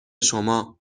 شما